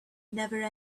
never